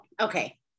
okay